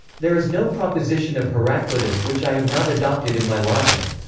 there is no proposition of heraclitus which i have not adopted in my logic.